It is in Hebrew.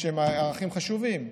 שהם ערכים חשובים.